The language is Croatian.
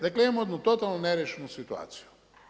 Dakle, imamo jednu totalno neriješenu situaciju.